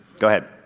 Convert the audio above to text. go ahead.